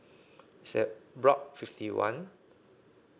se~ block fifty one